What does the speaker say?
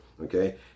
Okay